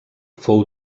fou